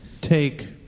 take